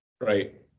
right